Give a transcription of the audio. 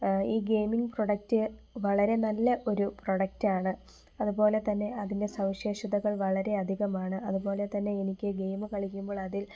ഈ gaming product വളരെ നല്ല ഒരു പ്രൊഡക്റ്റാണ് അതുപോലെ തന്നെ അതിൻ്റെ സവിശേഷതകൾ വളരെ അധികമാണ് അതുപോലെ തന്നെ എനിക്ക് ഗെയിം കളിക്കുമ്പോൾ അതിൽ